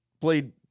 played